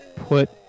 put